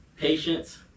patience